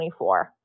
24